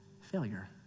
failure